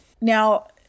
now